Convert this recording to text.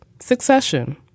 succession